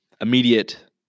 immediate